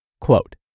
Quote